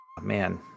man